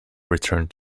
returned